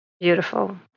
Beautiful